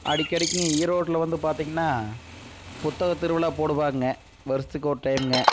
அடிக்கடிக்ங்க ஈரோட்டில் வந்து பார்த்தீங்கன்னா புத்தக திருவிழா போடுவாங்கள் வருஷத்துக்கு ஒரு டைம்ங்க